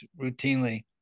routinely